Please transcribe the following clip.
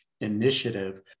initiative